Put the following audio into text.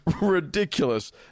ridiculous